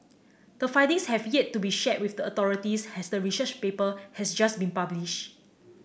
the findings have yet to be shared with the authorities as the research paper has just been published